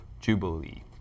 jubilee